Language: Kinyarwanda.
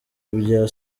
bya